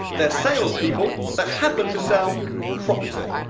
they're sales people that happen to sell property.